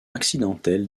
accidentelle